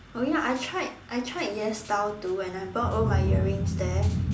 oh ya I tried I tried YesStyle too and I bought all my earrings there